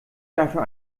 dafür